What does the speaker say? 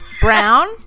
Brown